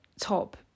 top